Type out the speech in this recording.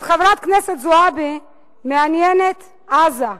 את חברת הכנסת זועבי מעניינת עזה.